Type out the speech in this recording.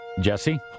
Jesse